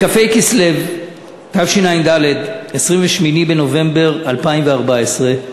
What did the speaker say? בכ"ה בכסלו התשע"ד, 28 בנובמבר 2014,